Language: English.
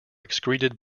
excreted